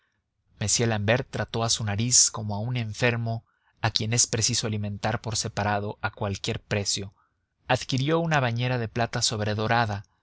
vitales m l'ambert trató a su nariz como a un enfermo a quien es preciso alimentar por separado a cualquier precio adquirió una bañera de plata